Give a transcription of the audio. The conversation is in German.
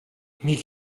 mir